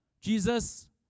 Jesus